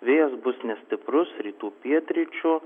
vėjas bus nestiprus rytų pietryčių